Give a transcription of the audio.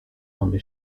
mamy